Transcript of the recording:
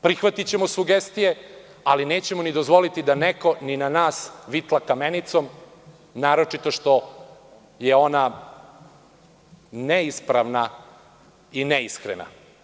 Prihvatićemo sugestije, ali nećemo ni dozvoliti da neko na nas vitla kamenicom, naročito što je ono neispravna i neiskrena.